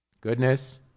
goodness